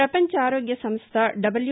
ప్రపంచ ఆరోగ్య సంస్ల డబ్ల్యా